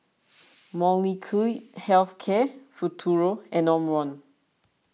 Molnylcke Health Care Futuro and Omron